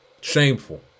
Shameful